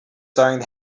starting